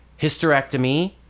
hysterectomy